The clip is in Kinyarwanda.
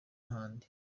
ahandi